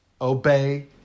obey